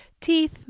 Teeth